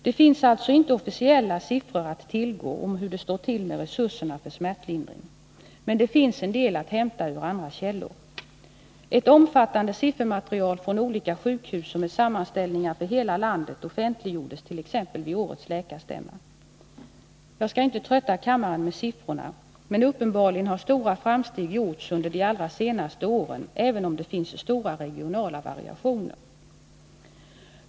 Det finns alltså inte officiella siffror att tillgå om hur det står till med resurserna för smärtlindringen, men det finns en del uppgifter att hämta ur andra källor. Ett omfattande siffermaterial från olika sjukhus och med sammanställningar från hela landet offentliggjordes t.ex. vid årets läkarstämma. Jag skall inte trötta kammaren med siffrorna, men uppenbarligen har stora framsteg gjorts under de allra senaste åren, även om det finns stora regionala variationer.